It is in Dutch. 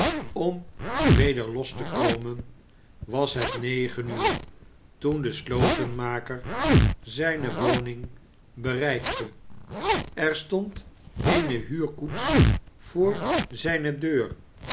om weder los te komen was het negen uur toen de slotenmaker zijne woning bereikte er stond eene huurkoets voor zijne deur